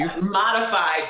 modified